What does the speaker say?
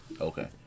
okay